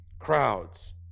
Crowds